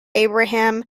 abraham